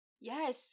yes